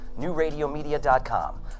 NewRadioMedia.com